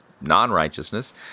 non-righteousness